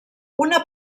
una